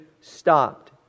stopped